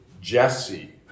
Jesse